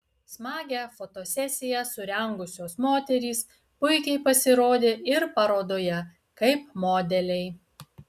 smagią fotosesiją surengusios moterys puikiai pasirodė ir parodoje kaip modeliai